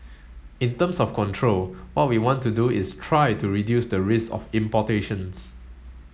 in terms of control what we want to do is try to reduce the risk of importations